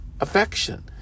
affection